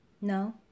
No